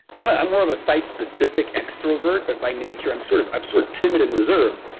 i'm i'm more of a sight specific extrovert, but by nature i'm sort of i'm sort of timid and reserved,